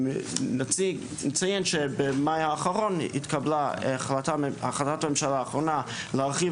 נציין שבמאי האחרון התקבלה החלטת הממשלה האחרונה להרחיב